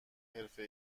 حرفه